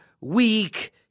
weak